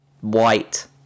White